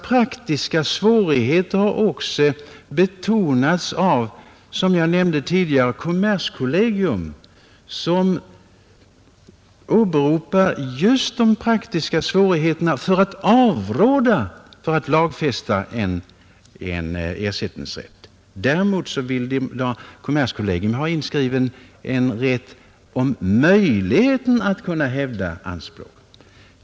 Dessa svårigheter har också — som jag nämnde tidigare — betonats av kommerskollegium, som åberopar just de praktiska svårigheterna för att avråda från att lagfästa en ersättningsrätt. Däremot vill kommerskollegium ha inskriven en rätt om möjligheten att hävda anspråk.